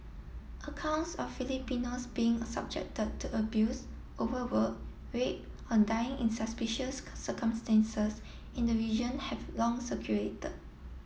accounts of Filipinos being subject to abuse overwork rape or dying in suspicious circumstances in the region have long circulated